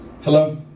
Hello